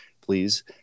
please